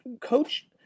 Coach